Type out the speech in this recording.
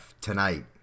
tonight